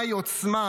מהי עוצמה,